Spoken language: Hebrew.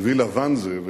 בווילה ואנזה,